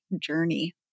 journey